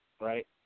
right